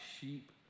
sheep